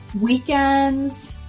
weekends